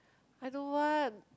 I don't want